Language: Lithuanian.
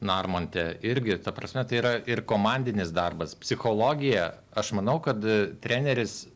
narmontė irgi ta prasme tai yra ir komandinis darbas psichologija aš manau kad treneris